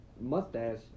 mustache